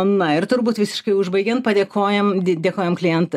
na ir turbūt visiškai užbaigiant padėkojam dėkojam klient